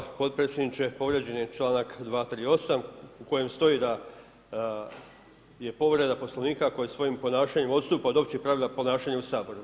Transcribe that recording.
Hvala potpredsjedniče povrijeđen je članak 238. u kojem stoji da je povreda Poslovnika koji svojim ponašanjem odstupa od općeg pravila ponašanja u Saboru.